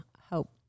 hope